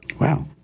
Wow